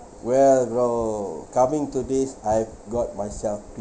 well bro coming today I've got myself